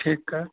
ठीकु आहे